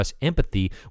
empathy